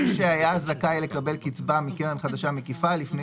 מי שהיה זכאי לקבל קצבה מקרן חדשה מקיפה לפני